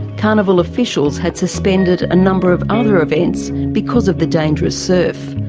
carnival officials had suspended a number of other events because of the dangerous surf.